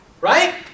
right